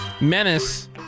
Menace